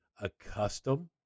accustomed